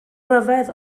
ryfedd